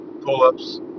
pull-ups